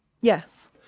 Yes